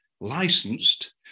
licensed